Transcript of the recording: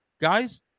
guys